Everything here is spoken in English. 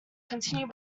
continued